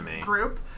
group